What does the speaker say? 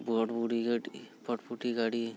ᱯᱷᱚᱴᱯᱷᱩᱴᱤ ᱜᱟᱹᱰᱤ